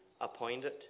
appointed